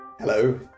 Hello